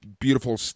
beautiful